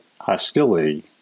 hostility